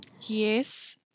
Yes